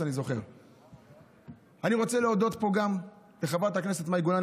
אני רוצה להודות פה גם לחברת הכנסת מאי גולן,